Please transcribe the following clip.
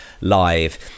live